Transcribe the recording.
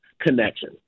connection